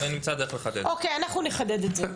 בסדר, נמצא דרך לחדד את זה.